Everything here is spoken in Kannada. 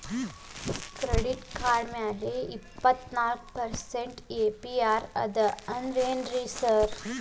ಕೆಡಿಟ್ ಕಾರ್ಡ್ ಮ್ಯಾಲೆ ಇಪ್ಪತ್ನಾಲ್ಕ್ ಪರ್ಸೆಂಟ್ ಎ.ಪಿ.ಆರ್ ಅದ ಅಂದ್ರೇನ್ ಅರ್ಥ?